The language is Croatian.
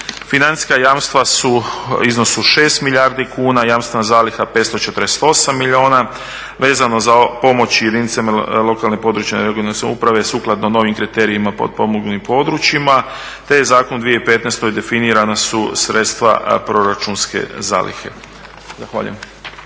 Financijska jamstva su u iznosu od 6 milijardi kuna, jamstvena zaliha 548 milijuna vezano za pomoć jedinicama lokalne i područne (regionalne) samouprave sukladno novim kriterijima potpomognutih područja te je … 2015. definirana su sredstava proračunske zalihe. Zahvaljujem.